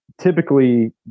typically